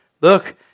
Look